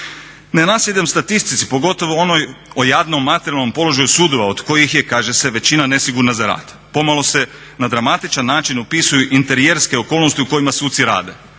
Ne nasjedam statistici, pogotovo onoj o jadnom materijalnom položaju sudova od kojih je kaže se većina nesigurna za rad. Pomalo se na dramatičan način opisuju interijerske okolnosti u kojima suci rade.